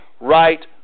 right